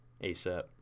ASAP